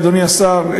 אדוני השר,